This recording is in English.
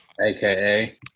AKA